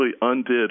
undid